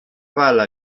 palla